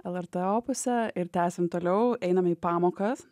lrt opuse ir tęsiam toliau einame į pamokas